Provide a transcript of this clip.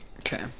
Okay